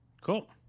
Cool